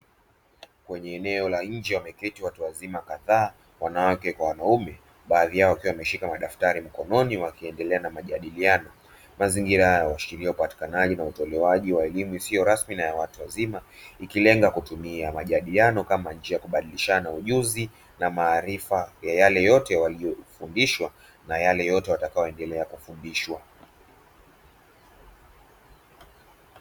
Kwenye eneo la nje wameketi watu wazima kadhaa wanawake kwa wanaume baadhi yao wakiwa wameshika madaftari mkononi wakiendelea na majadiliano. Mazingira haya huashiria upatikanaji na utolewaji wa elimu isiyo rasmi na ya watu wazima ikilenga kutumia majadiliano kama njia ya kubadilishana ujuzi na maarifa ya yale yote waliyofundishwa na yale yote watakayoendelea kufundishwa.